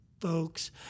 folks